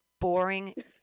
boring